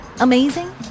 Amazing